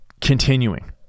continuing